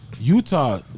Utah